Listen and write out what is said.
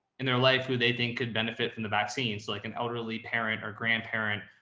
in their life, who they think could benefit from the vaccine. so like an elderly parent or grandparent,